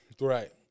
Right